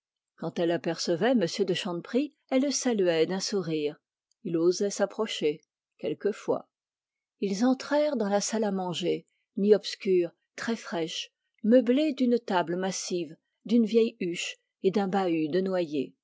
quand elle apercevait m de chanteprie elle le saluait d'un sourire il osait s'approcher quelquefois ils entrèrent dans la salle à manger mi obscure très fraîche meublée d'une table massive d'une vieille huche et d'un bahut de noyer